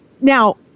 Now